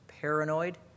paranoid